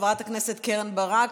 חברת הכנסת קרן ברק,